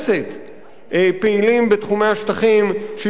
פעילים בתחומי השטחים שישראל כובשת.